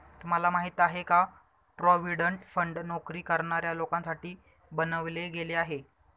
तुम्हाला माहिती आहे का? प्रॉव्हिडंट फंड नोकरी करणाऱ्या लोकांसाठी बनवले गेले आहे